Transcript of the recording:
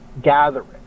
gathering